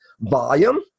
volume